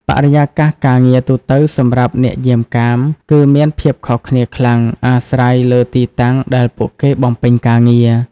បរិយាកាសការងារទូទៅសម្រាប់អ្នកយាមកាម គឺមានភាពខុសគ្នាខ្លាំងអាស្រ័យលើទីតាំងដែលពួកគេបំពេញការងារ។